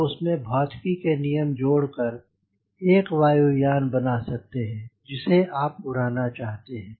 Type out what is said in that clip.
तब उसमे भौतिकी के नियम जोड़ कर एक वायु यान बना सकते हैं जिसे आप उड़ाना चाहते हैं